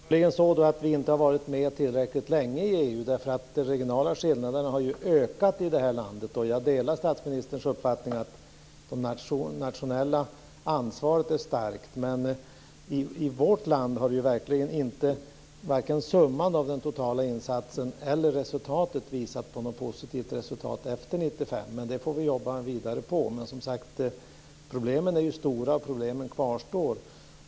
Fru talman! Är det så att vi inte har varit med tillräckligt länge i EU? De regionala skillnaderna har ju ökat i det här landet. Jag delar statsministerns uppfattning att det nationella ansvaret är starkt, men i vårt land har ju verkligen inte den totala insatsen visat på något positivt resultat efter 1995. Det får vi jobba vidare med, men som sagt är problemen stora och kvarstår.